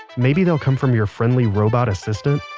maybe they'll come from your friendly robot assistant,